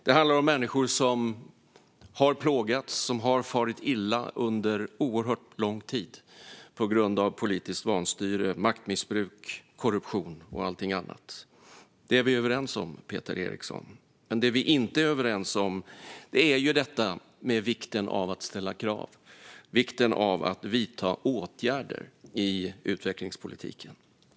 Det handlar om människor som har plågats och farit illa under oerhört lång tid på grund av politiskt vanstyre, maktmissbruk, korruption och allting annat. Det är vi överens om, Peter Eriksson. Det vi inte är överens om är detta med vikten av att ställa krav och vidta åtgärder i utvecklingspolitiken.